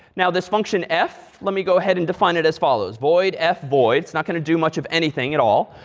now this function f, let me go ahead and define it as follows, void f void. it's not going to do much of anything at all.